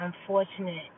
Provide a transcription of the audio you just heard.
unfortunate